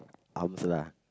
arms lah